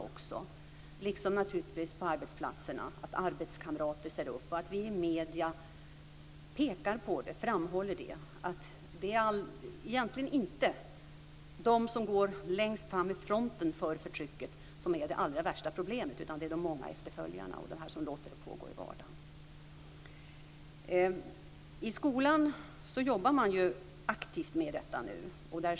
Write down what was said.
Det gäller även på arbetsplatserna, att arbetskamrater ställer upp, liksom att vi i medierna framhåller att det inte är de som går längst fram, i fronten för förtrycket, som är det allra värsta problemet utan de många efterföljarna och de som låter det pågå i vardagen. I skolan jobbar man aktivt med detta nu.